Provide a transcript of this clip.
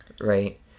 right